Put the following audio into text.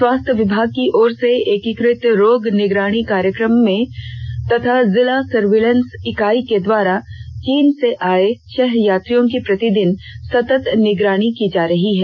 स्वास्थ्य विभाग की ओर से एकीकृत रोग निगरानी कार्यक्रम तथा जिला सर्विलेंस इकाई के द्वारा चीन से आए छह यात्रियों की प्रतिदिन सतत निगरानी की जा रही है